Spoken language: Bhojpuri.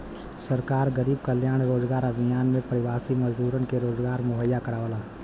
सरकार गरीब कल्याण रोजगार अभियान में प्रवासी मजदूरन के रोजगार मुहैया करावला